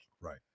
Right